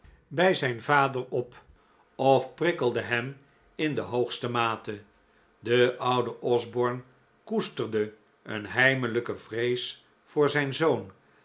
bij zijn vader op of prikkelde hem in de hoogste mate de oude osborne koesterde een heimelijke vrees voor zijn zoon